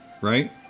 Right